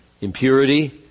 impurity